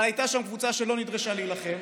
אבל הייתה שם קבוצה שלא נדרשה להילחם,